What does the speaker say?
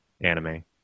anime